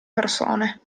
persone